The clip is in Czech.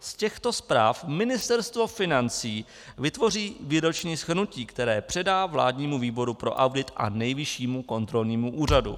Z těchto zpráv Ministerstvo financí vytvoří výroční shrnutí, které předá vládnímu výboru pro audit a Nejvyššímu kontrolnímu úřadu.